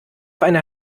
einer